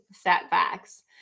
setbacks